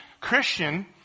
Christian